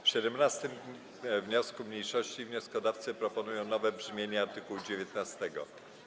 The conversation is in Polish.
W 17. wniosku mniejszości wnioskodawcy proponują nowe brzmienie art. 19.